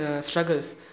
struggles